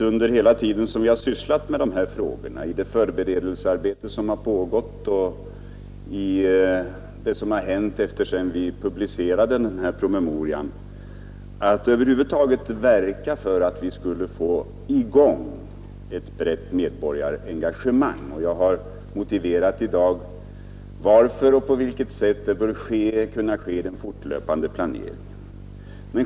Under hela den tid som jag sysslat med dessa frågor — i det förberedelsearbete som pågått och det som hänt sedan vi publicerade promemorian — har jag försökt att verka för att vi skulle få i gång ett brett medborgarengagemang. Jag har i dag motiverat varför och på vilket sätt en fortlöpande debatt bör kunna ske.